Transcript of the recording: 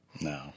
No